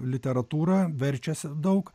literatūrą verčiasi daug